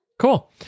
Cool